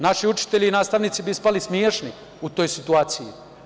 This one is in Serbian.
Naši učitelji i nastavnici bi ispali smešni u toj situaciji.